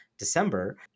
December